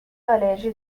آلرژی